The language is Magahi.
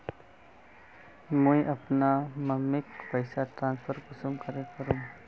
मुई अपना मम्मीक पैसा ट्रांसफर कुंसम करे करूम?